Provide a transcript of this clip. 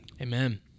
Amen